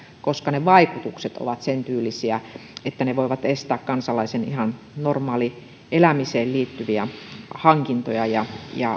koska vaikutukset ovat sentyylisiä että ne voivat estää kansalaisen ihan normaalielämiseen liittyviä hankintoja ja